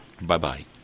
Bye-bye